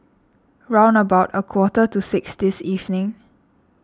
round about a quarter to six this evening